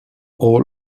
all